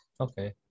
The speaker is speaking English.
Okay